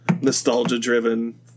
nostalgia-driven